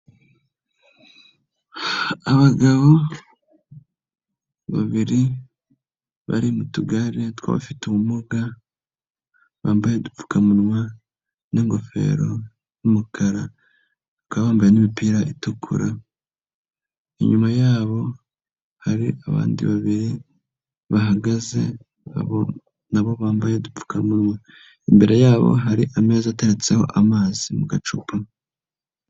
Abagabo babiri bari mu tugare tw'abafite ubumuga, bambaye udupfukamunwa n'ingofero z'umukaraka, bakaba bambaye n'imipira itukura, inyuma yabo hari abandi babiri bahagaze nabo bambaye udupfukamunwa, imbere yabo hari ameza atetseho amazi mu gacupa.